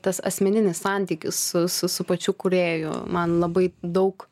tas asmeninis santykis su su pačiu kūrėju man labai daug